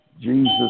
Jesus